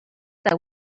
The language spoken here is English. that